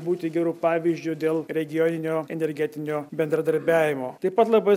būti geru pavyzdžiu dėl regioninio energetinio bendradarbiavimo taip pat labai